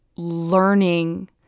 learning